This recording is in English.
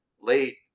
late